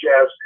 jazz